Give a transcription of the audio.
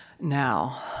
now